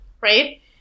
right